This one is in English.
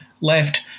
left